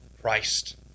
Christ